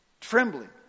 Trembling